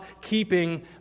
keeping